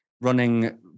running